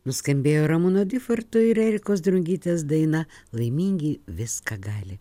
nuskambėjo ramūno difarto ir erikos drungytės daina laimingi viską gali